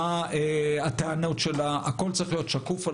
מה הטענות שלה הכול צריך להיות שקוף על